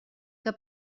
que